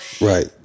Right